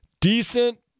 decent